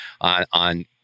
on